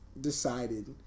decided